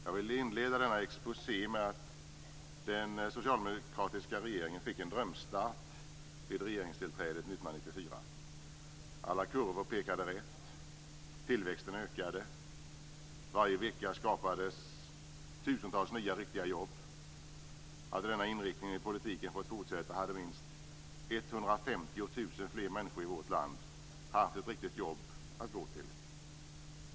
Jag vill inleda denna exposé med att säga att den socialdemokratiska regeringen fick en drömstart vid regeringstillträdet 1994. Alla kurvor pekade rätt. Tillväxten ökade. Varje vecka skapades tusentals nya, riktiga jobb. Hade denna inriktning i politiken fått fortsätta hade minst 150 000 fler människor i vårt land haft ett riktigt jobb att gå till.